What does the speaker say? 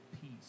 Peace